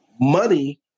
money